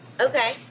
Okay